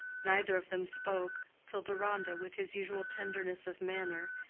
neither of them spoke, till deronda, with his usual tenderness of manner,